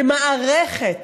כמערכת.